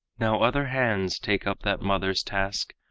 now other hands take up that mother's task.